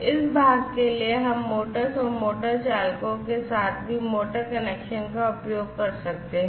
इस भाग के लिए हम मोटर्स और मोटर चालकों के साथ भी मोटर कनेक्शन का उपयोग कर सकते हैं